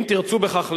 אם תרצו בכך,